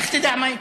לך תדע מה יקרה.